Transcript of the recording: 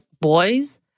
boys